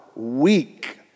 weak